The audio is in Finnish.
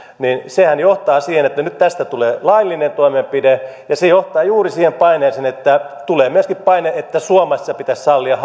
niin sehän johtaa siihen että nyt tästä tulee laillinen toimenpide se johtaa juuri siihen että tulee paine että myöskin suomessa pitäisi sallia